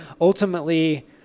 Ultimately